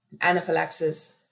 anaphylaxis